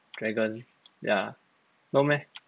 dragon yeah no meh